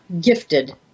gifted